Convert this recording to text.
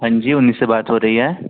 हाँ जी उन्हीं से बात हो रही है